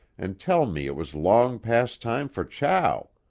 and tell me it was long past time for chow?